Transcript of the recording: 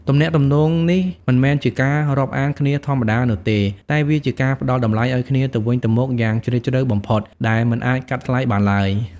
ទំនាក់ទំនងនេះមិនមែនជាការរាប់អានគ្នាធម្មតានោះទេ តែវាជាការផ្តល់តម្លៃឲ្យគ្នាទៅវិញទៅមកយ៉ាងជ្រាលជ្រៅបំផុតដែលមិនអាចកាត់ថ្លៃបានឡើយ។